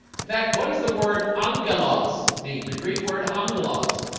in fact, what is the word angello's mean the greek word angelus?